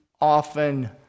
often